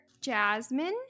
Jasmine